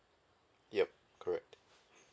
ya correct